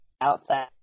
outside